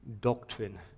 doctrine